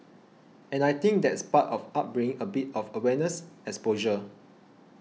and I think that's part of upbringing a bit of awareness exposure